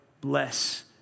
bless